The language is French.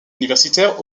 universitaire